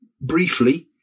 briefly